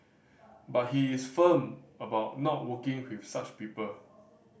but he is firm about not working with such people